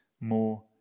more